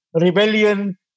rebellion